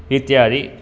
इत्यादि